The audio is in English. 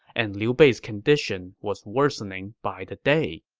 and liu bei's condition was worsening by the day